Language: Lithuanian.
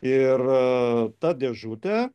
ir ta dėžutė